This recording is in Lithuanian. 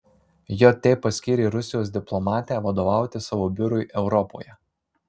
jt paskyrė rusijos diplomatę vadovauti savo biurui europoje